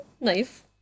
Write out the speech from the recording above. Nice